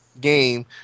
game